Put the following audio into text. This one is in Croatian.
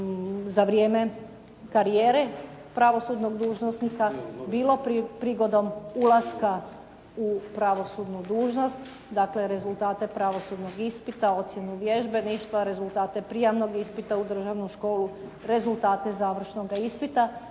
za vrijeme karijere pravosudnog dužnosnika bilo prigodom ulaska u pravosudnu dužnost, dakle rezultate pravosudnog ispita, ocjenu vježbeništva, rezultate prijamnog ispita u državnu školu, rezultate završnoga ispita